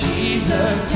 Jesus